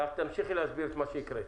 ואת תמשיכי להסביר את מה שהקראת.